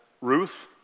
Ruth